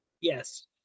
Yes